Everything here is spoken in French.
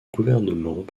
gouvernement